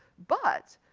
but,